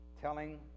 telling